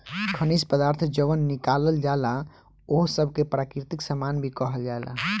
खनिज पदार्थ जवन निकालल जाला ओह सब के प्राकृतिक सामान भी कहल जाला